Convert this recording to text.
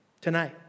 tonight